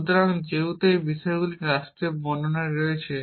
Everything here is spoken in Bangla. সুতরাং যেহেতু এই বিষয়গুলি রাষ্ট্রীয় বর্ণনায় রয়েছে